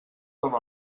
com